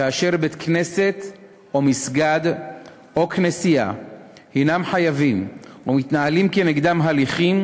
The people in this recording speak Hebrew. כאשר בית-כנסת או מסגד או כנסייה הנם חייבים או מתנהלים כנגדם הליכים,